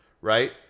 right